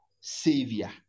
savior